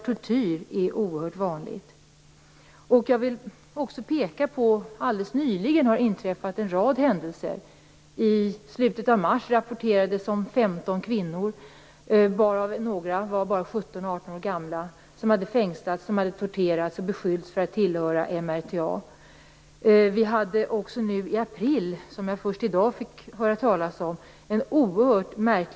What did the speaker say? Tortyr är oerhört vanligt. Jag vill också peka på att det alldeles nyligen har inträffat en rad händelser. I slutet av mars rapporterades om 15 kvinnor, varav några bara var 17-18 år gamla, som hade fängslats, torterats och beskyllts för att tillhöra MRTA. Först i dag fick jag höra talas om en oerhört märklig historia som skedde nu i april.